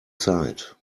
zeit